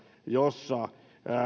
joissa